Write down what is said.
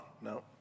No